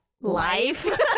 life